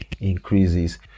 increases